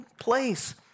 place